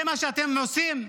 זה מה שאתם עושים?